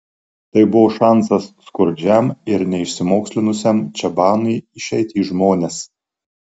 tai buvo šansas skurdžiam ir neišsimokslinusiam čabanui išeiti į žmones